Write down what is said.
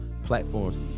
platforms